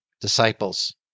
disciples